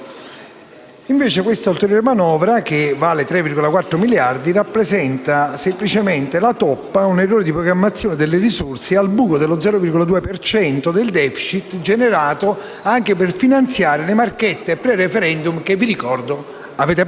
questa ulteriore manovra, che vale 3,4 miliardi di euro, rappresenta semplicemente la toppa a un errore di programmazione delle risorse e al buco dello 0,2 per cento del *deficit* generato anche per finanziare le marchette pre-*referendum* che - vi ricordo - avete perso.